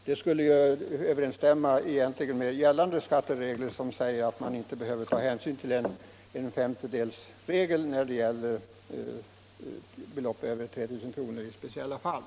Det skulle överensstämma med gällande skatteregler, som säger att man inte behöver ta hänsyn till femtedelsregeln när det gäller belopp över 3000 kr. i speciella fall.